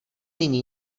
nyní